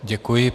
Děkuji.